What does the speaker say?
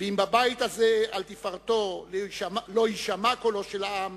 ואם בבית הזה על תפארתו לא יישמע קולו של העם,